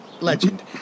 Legend